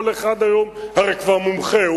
כל אחד היום הרי כבר מומחה,